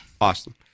Awesome